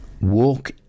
walk